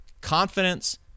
Confidence